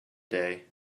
day